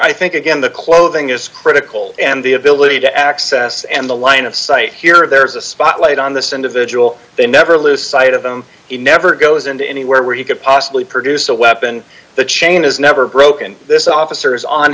i think again the clothing is critical and the ability to access and the line of sight here there's a spotlight on this individual they never lose sight of him he never goes into anywhere where he could possibly produce a weapon the chain is never broken this officers on